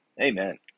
Amen